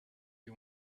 you